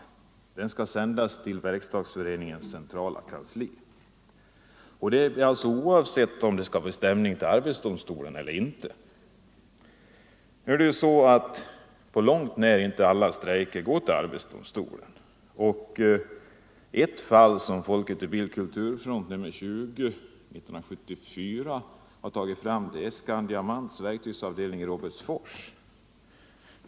Den skall sändas till Verkstadsföreningens centrala kansli. Detta skall ske oavsett om det blir stämning till arbetsdomstolen eller inte. Nu är det ju så att inte på långt när alla strejker går till arbetsdomstolen. Ett fall som FiB/Kulturfront tagit upp i nr 24 i år gäller Scandiamants verktygsavdelning i Robertsfors.